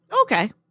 Okay